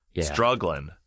struggling